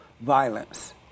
violence